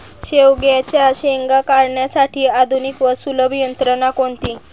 शेवग्याच्या शेंगा काढण्यासाठी आधुनिक व सुलभ यंत्रणा कोणती?